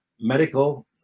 medical